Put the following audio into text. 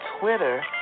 Twitter